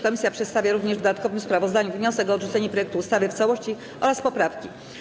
Komisja przedstawia również w dodatkowym sprawozdaniu wniosek o odrzucenie projektu ustawy w całości oraz poprawki.